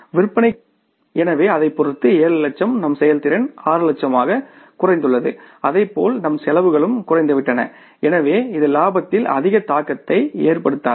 விற்பனை குறைந்துவிட்டது எனவே அதைப் பொறுத்து 7 லட்சம் நம் செயல்திறன் 6 லட்சமாகக் குறைந்துள்ளது அதேபோல் நம் செலவுகளும் குறைந்துவிட்டன எனவே இது லாபத்தில் அதிக தாக்கத்தை ஏற்படுத்தாது